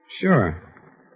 Sure